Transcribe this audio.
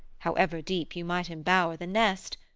however deep you might embower the nest,